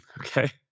Okay